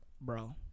Bro